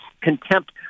contempt